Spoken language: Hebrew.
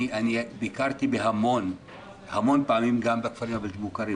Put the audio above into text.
ביקרתי המון פעמים גם בכפרים הבלתי מוכרים,